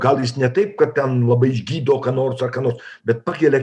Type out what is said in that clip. gal jis ne taip kad ten labai išgydo ką nors ar ką nors bet pakelia